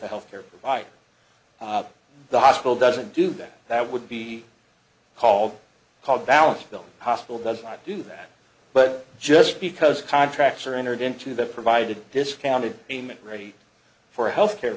the healthcare provider the hospital doesn't do that that would be called called balance the hospital does not do that but just because contracts are entered into the provided discounted payment ready for a health care